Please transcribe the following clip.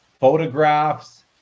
Photographs